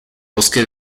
bosque